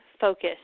focus